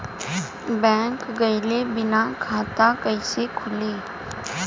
Bank गइले बिना खाता कईसे खुली?